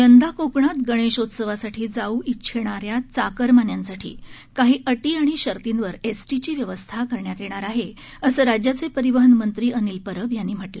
यंदा कोकणात गणेशोत्सवासाठी जाऊ इच्छिणाऱ्या चाकरमान्यांसाठी काही अटी आणि शर्तींवर एसटीची व्यवस्था करण्यात येणार आहे असं राज्याचे परिवहन मंत्री अनिल परब यांनी सांगितलं